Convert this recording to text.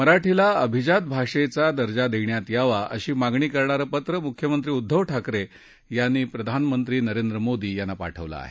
मराठी भाषेला अभिजात मराठी भाषेचा दर्जा देण्यात यावा अशी मागणी करणारं पत्र मुख्यमंत्री उद्धव ठाकरे यांनी प्रधानमंत्री नरेंद्र मोदी यांना पाठवलं आहे